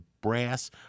brass